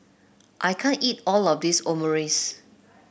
I can't eat all of this Omurice